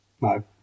no